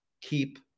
Keep